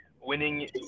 winning